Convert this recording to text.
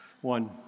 One